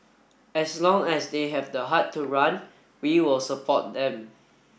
as long as they have the heart to run we will support them